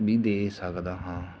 ਵੀ ਦੇ ਸਕਦਾ ਹਾਂ